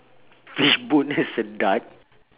fish bone as a dart